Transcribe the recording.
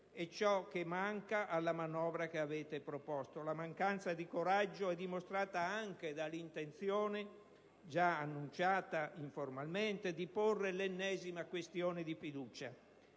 E' ciò che manca alla manovra che avete proposto. La mancanza di coraggio è dimostrata anche dall'intenzione, già annunciata informalmente, di porre l'ennesima questione di fiducia.